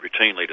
routinely